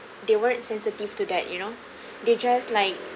they weren't sensitive to that you know they just like